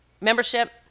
membership